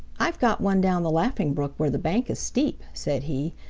i've got one down the laughing brook where the bank is steep, said he.